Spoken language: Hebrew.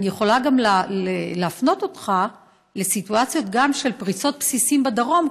אני יכולה גם להפנות אותך לסיטואציות של פריצות בסיסים בדרום,